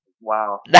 wow